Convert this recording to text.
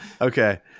Okay